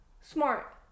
smart